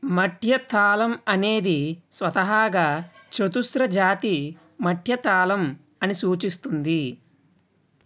మట్య తాళం అనేది స్వతహాగా చతుస్ర జాతి మట్య తాళం అని సూచిస్తుంది